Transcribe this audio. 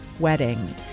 wedding